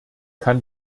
kann